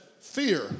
fear